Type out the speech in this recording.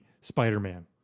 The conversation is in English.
spider-man